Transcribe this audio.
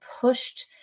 pushed